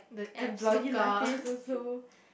and Blogilates also